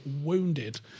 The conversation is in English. wounded